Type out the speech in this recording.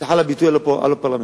וסליחה על הביטוי הלא- פרלמנטרי.